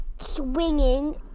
swinging